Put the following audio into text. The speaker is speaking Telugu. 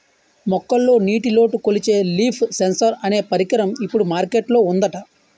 మొక్కల్లో నీటిలోటు కొలిచే లీఫ్ సెన్సార్ అనే పరికరం ఇప్పుడు మార్కెట్ లో ఉందట